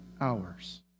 hours